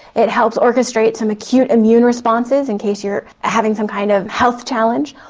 it helps orchestrate some acute immune responses in case you are having some kind of health challenge.